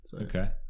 Okay